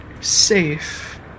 safe